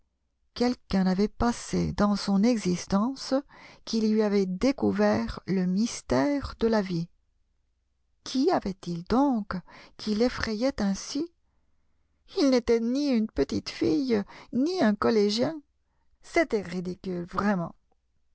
quelqu'un avait passé dans son existence qui lui avait découvert le mystère de la vie qu'y avait-il donc qui l'effrayait ainsi il n'était ni une petite fille ni un collégien c'était ridicule vraiment